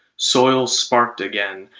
soil sparked again,